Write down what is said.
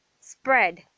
spread